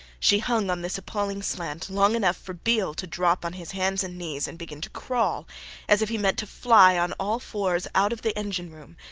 she hung on this appalling slant long enough for beale to drop on his hands and knees and begin to crawl as if he meant to fly on all fours out of the engine-room,